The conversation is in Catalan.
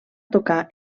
tocar